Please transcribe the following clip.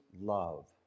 love